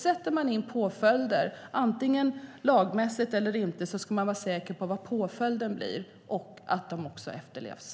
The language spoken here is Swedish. Sätter man in påföljder - lagmässiga eller inte - ska man vara säker på vilka de blir och att de också verkställs.